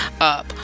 up